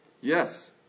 Yes